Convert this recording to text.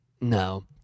no